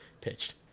pitched